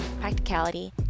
practicality